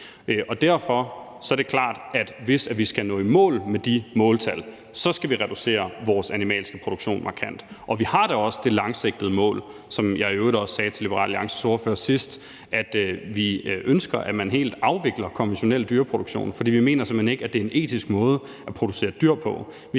Derfor er det også klart, at vi, hvis vi skal nå i mål med de måltal, så skal reducere vores animalske produktion markant. Og vi har da også det langsigtede mål – som jeg i øvrigt også sagde til Liberal Alliances ordfører sidst – at vi ønsker, at man helt afvikler konventionel dyreproduktion, for vi mener simpelt hen ikke, at det er en etisk måde at producere dyr på.